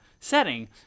setting